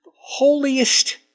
holiest